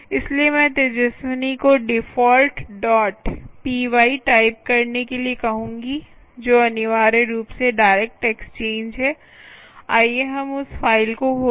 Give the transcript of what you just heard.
इसलिए मैं तेजस्विनी को default dot P Y type करने के लिए कहूंगी जो अनिवार्य रूप से डायरेक्ट एक्सचेंज है आइए हम उस फ़ाइल को खोलें